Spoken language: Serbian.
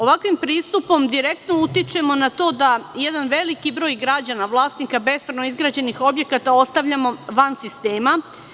Ovakvim pristupom direktno utičemo na to da veliki broj građana, vlasnika bespravno izgrađenih objekata ostavimo van sistema.